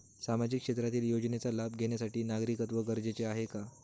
सामाजिक क्षेत्रातील योजनेचा लाभ घेण्यासाठी नागरिकत्व गरजेचे आहे का?